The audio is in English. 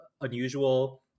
unusual